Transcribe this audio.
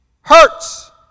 hurts